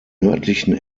nördlichen